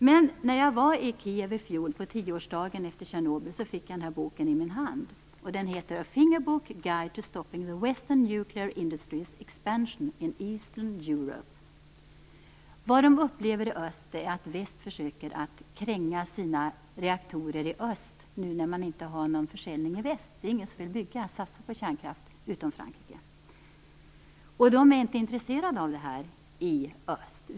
Men när jag var i Kijev i fjol, på tioårsdagen efter Tjernobyl, fick jag en bok i min hand som heter A Fingerbook guide to stopping the Western nuclear industry's expansion in Eastern Europe. I öst upplever man att väst försöker kränga sina reaktorer i öst, nu när det inte är någon försäljning i väst. Det är ingen i väst som vill satsa på kärnkraft utom Frankrike. Men man är inte intresserad av det i öst.